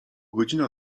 godzina